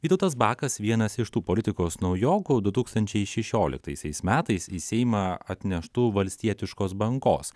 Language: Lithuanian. vytautas bakas vienas iš tų politikos naujokų du tūkstančiai šešioliktaisiais metais į seimą atneštų valstietiškos bangos